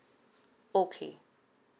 okay